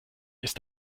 ist